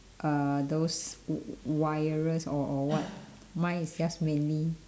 uh those w~ wireless or or what mine is just mainly